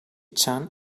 chan